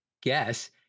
Guess